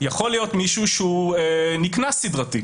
רוצה להגיד שיכול להיות גם מישהו שהוא נקנס סדרתי,